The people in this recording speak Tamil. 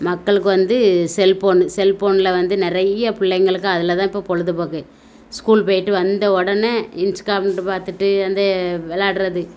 மக்களுக்கு வந்து செல்போன் செல்போன்ல வந்து நிறைய பிள்ளைங்களுக்கு அதில் தான் இப்போ பொழுதுபோக்கு ஸ்கூல் போய்ட்டு வந்த உடனே இன்ஸ்காம்ன்ட்டு பார்த்துட்டு வந்து விளாட்றது